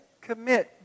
commit